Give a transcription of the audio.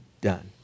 done